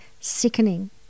sickening